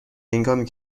هنگامی